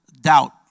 doubt